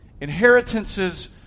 Inheritances